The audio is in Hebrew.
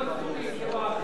לא צבועים כמו האחרים.